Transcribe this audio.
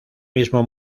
mismo